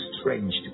strange